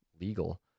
legal